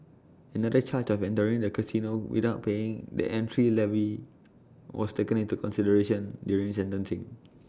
another charge of entering the casino without paying the entry levy was taken into consideration during sentencing